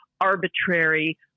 arbitrary